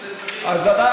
זה צריך,